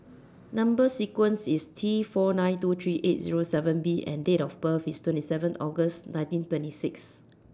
Number sequence IS T four nine two three eight Zero seven B and Date of birth IS twenty seven August nineteen twenty six